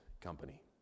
company